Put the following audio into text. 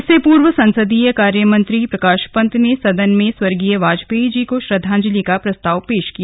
इससे पूर्व संसदीय कार्य मंत्री प्रकाश पंत ने सदन में स्वर्गीय वाजपेयी जी को श्रद्वांजलि का प्रस्ताव पेश किया